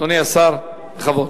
אדוני השר, בכבוד.